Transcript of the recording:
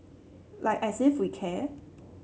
like as if we care